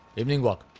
evening walk.